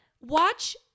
watch